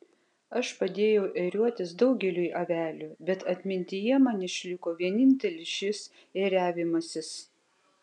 aš padėjau ėriuotis daugeliui avelių bet atmintyje man išliko vienintelis šis ėriavimasis